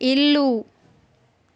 ఇల్లు